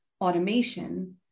automation